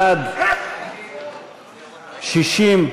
60 בעד,